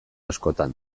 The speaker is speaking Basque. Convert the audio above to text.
askotan